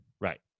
Right